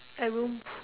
a room